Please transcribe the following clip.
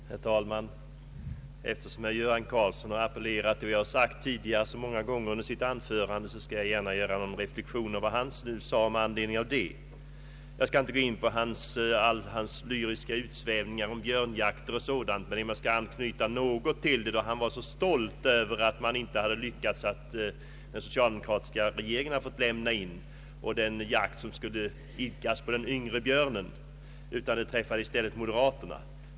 Herr talman! Eftersom herr Göran Karlsson i sitt anförande flera gånger har appellerat till vad jag tidigare sagt vill jag gärna göra en reflexion över vad han sade med anledning därav. Jag skall inte gå närmare in på hans lyriska utsvävningar om björnjakt och sådant, men jag vill anknyta något till det. Herr Karlsson var mycket stolt över att man inte lyckats få den socialdemokratiska regeringen att ge upp efter den jakt som idkats på den yngre björnen, utan att offret i stället blev moderaterna.